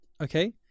okay